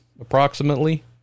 approximately